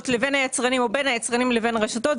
לבין היצרנים או בין היצרנים לבין הרשתות.